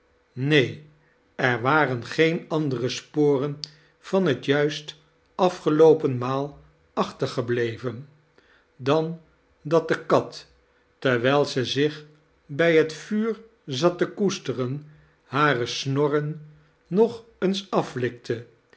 neen er waren geen andere sporen van bet juist afgeloopen moal achitergebleven dan dat de kat terwijl ze zich bij het vuur zat te koesteren hare snorren nog eens aflikte